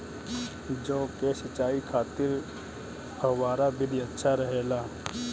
जौ के सिंचाई खातिर फव्वारा विधि अच्छा रहेला?